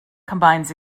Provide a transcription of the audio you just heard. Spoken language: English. combines